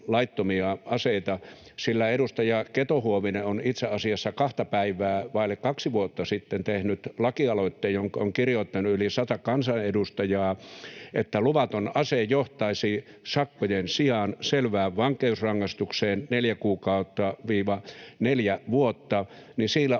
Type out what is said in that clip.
sillä edustaja Keto-Huovinen on itse asiassa kahta päivää vaille kaksi vuotta sitten tehnyt lakialoitteen, jonka on allekirjoittanut yli sata kansanedustajaa, että luvaton ase johtaisi sakkojen sijaan selvään vankeusrangaistukseen, neljä kuukautta — neljä vuotta.